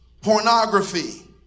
Pornography